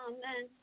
Amen